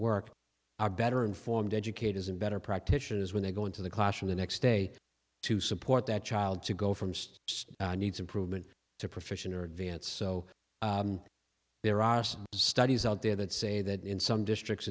work are better informed educators and better practitioners when they go into the clash in the next day to support that child to go from sed needs improvement to profession or advance so there are studies out there that say that in some districts